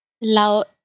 Loud